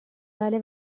بله